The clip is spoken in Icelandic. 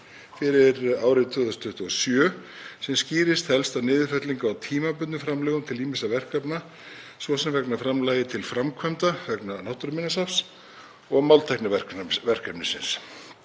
fyrir árið 2027 sem skýrist helst af niðurfellingu á tímabundnum framlögum til ýmissa verkefna, svo sem vegna framlags til framkvæmda vegna náttúruminjasafns og máltækniverkefnisins.